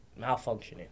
malfunctioning